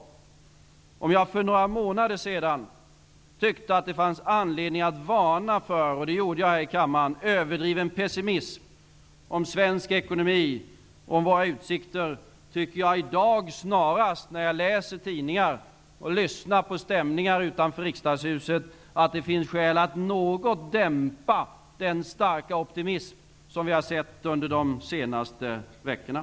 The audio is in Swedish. Med tanke på att jag för några månader sedan tyckte att det fanns anledning att varna för överdriven pessimism -- och det gjorde jag i kammaren -- om svensk ekonomi och Sveriges utsikter, tycker jag i dag när jag läser tidningar och lyssnar på stämningar utanför riksdagshuset, att det snarare finns skäl att något dämpa den starka optimism som vi har sett under de senaste veckorna.